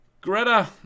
Greta